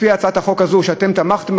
לפי הצעת החוק הזו שאתם תמכתם,